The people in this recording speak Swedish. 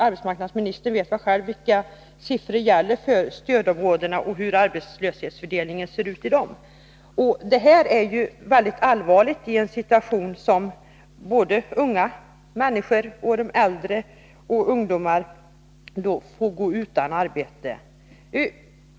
Arbetsmarknadsministern vet själv vilka siffror som gäller för stödområdena, och hur arbetslöshetsfördelningen ser ut i dem. Situationen är väldigt allvarlig när både ungdomar och äldre får gå utan arbete.